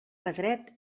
pedret